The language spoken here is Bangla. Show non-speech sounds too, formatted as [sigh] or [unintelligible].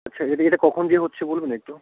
আচ্ছা [unintelligible] এটা কখন [unintelligible] হচ্ছে বলবেন একটু